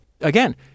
again